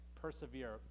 persevere